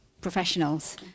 professionals